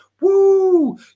Woo